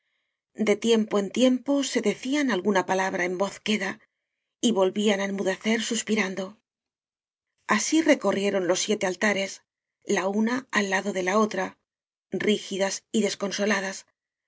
de tiempo en tiempo se decían alguna palabra en voz queda y volvían á enmude cer suspirando así recorrieron los siete al tares la una al lado de la otra rígidas y